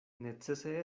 necese